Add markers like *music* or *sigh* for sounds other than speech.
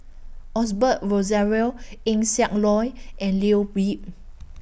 Osbert Rozario Eng Siak Loy and Leo *unintelligible*